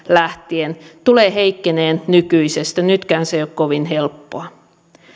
lähtien tulee heikkenemään nykyisestä nytkään se ei ole kovin helppoa